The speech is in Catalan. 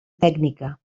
tècnica